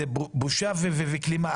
זאת בושה וכלימה.